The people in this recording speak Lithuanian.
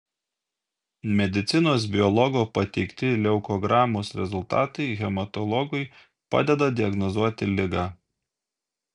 medicinos biologo pateikti leukogramos rezultatai hematologui padeda diagnozuoti ligą